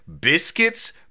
biscuits